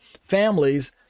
families